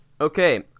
Okay